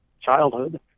childhood